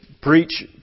preach